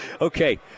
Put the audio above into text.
Okay